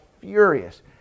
furious